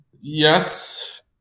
Yes